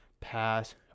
pass